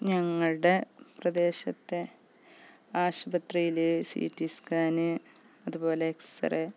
ഞങ്ങളുടെ പ്രദേശത്തെ ആശുപത്രിയിൽ സി ടി സ്കാൻ അതുപോലെ എക്സ് റേ